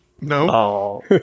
No